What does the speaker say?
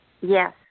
Yes